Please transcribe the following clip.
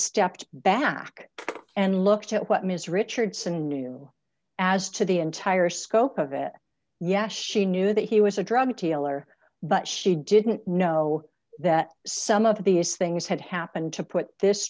stepped back and looked at what ms richardson knew as to the entire scope of it yeah she knew that he was a drug dealer but she didn't know that some of these things had happened to put this